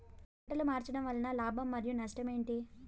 పంటలు మార్చడం వలన లాభం మరియు నష్టం ఏంటి